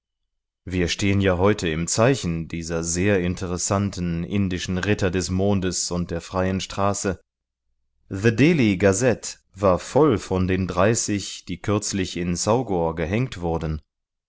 wir stehen ja heute im zeichen dieser sehr interessanten indischen ritter des mondes und der freien straße the delhi gazette war voll von den dreißig die kürzlich in saugor gehenkt wurden